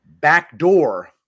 backdoor